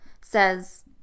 says